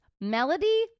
Melody